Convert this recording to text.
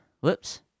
Whoops